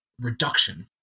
reduction